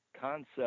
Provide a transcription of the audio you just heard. concept